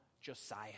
Josiah